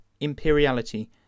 imperiality